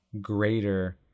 greater